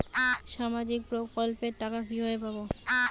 সামাজিক প্রকল্পের টাকা কিভাবে পাব?